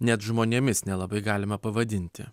net žmonėmis nelabai galima pavadinti